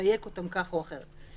לדייק אותם כך או אחרת,